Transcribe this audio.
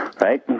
Right